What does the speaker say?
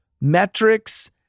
metrics